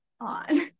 on